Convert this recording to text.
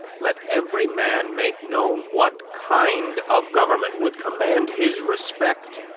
let every man make known what kind of government would command his respect,